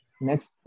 next